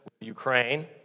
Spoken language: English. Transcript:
Ukraine